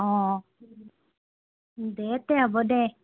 অঁ দে তে হ'ব দে